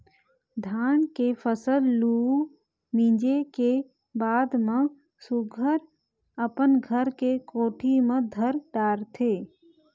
धान के फसल लूए, मिंजे के बाद म सुग्घर अपन घर के कोठी म धर डारथे